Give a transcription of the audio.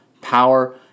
power